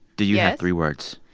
do you have three words?